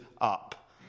up